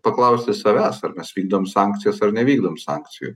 paklausti savęs ar mes vykdom sankcijas ar nevykdom sankcijų